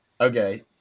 Okay